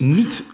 niet